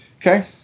Okay